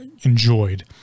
enjoyed